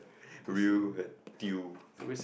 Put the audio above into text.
real deal